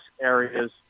areas